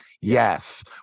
Yes